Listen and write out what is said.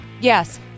Yes